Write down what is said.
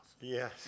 Yes